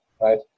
right